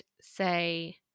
say